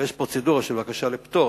הרי יש פרוצדורה של בקשה לפטור,